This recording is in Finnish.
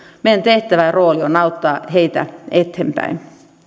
meidän tehtävä ja rooli on auttaa heitä eteenpäin